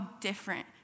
different